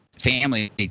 family